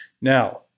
Now